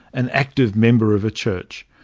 an active member of a church.